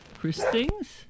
Christings